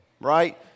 right